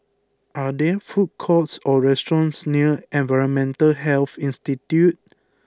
are there food courts or restaurants near Environmental Health Institute